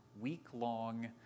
week-long